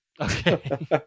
Okay